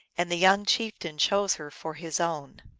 and the young chieftain chose her for his own.